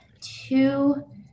two